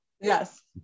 yes